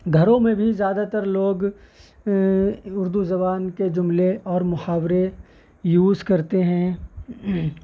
گھروں میں بھی زیادہ تر لوگ اردو زبان کے جملے اور محاورے یوز کرتے ہیں